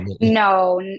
No